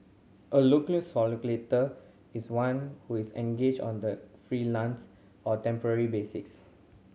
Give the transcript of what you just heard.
a locum is one who is engaged on the freelance or temporary basics